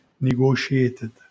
negotiated